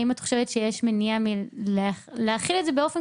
האם את חושבת שיש מניעה להחיל את זה באופן